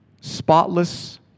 spotless